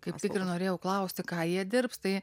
kaip tik ir norėjau klausti jie dirbs tai